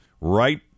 Right